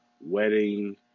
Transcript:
wedding